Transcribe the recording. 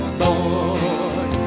born